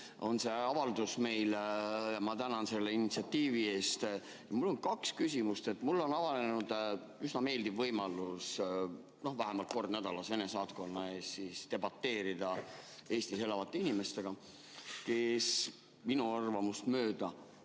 on see avaldus meil. Ma tänan selle initsiatiivi eest. Mul on kaks küsimust. Mul on avanenud üsna meeldiv võimalus vähemalt kord nädalas Venemaa saatkonna ees debateerida Eestis elavate inimestega, kes minu arvamust mööda